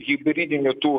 hibridinių tų